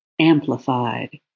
amplified